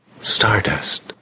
Stardust